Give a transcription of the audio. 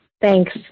Thanks